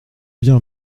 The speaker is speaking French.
bien